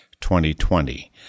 2020